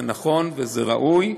זה נכון וזה ראוי.